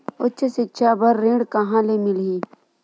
उच्च सिक्छा बर ऋण कहां ले मिलही?